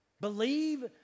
Believe